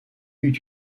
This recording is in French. eut